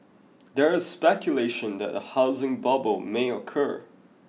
there is speculation that a housing bubble may occur